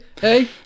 hey